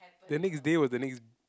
the next day was the next